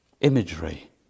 imagery